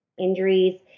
injuries